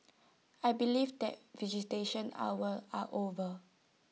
I believe that visitation hours are over